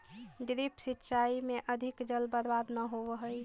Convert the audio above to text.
drip सिंचाई में अधिक जल बर्बाद न होवऽ हइ